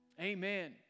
amen